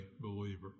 believer